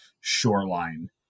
shoreline